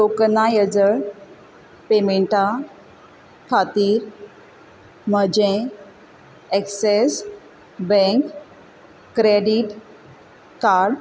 tokenized पेमेंटा खातीर म्हजें ॲक्सीस बँक क्रॅडीट कार्ड